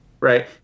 right